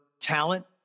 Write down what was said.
talent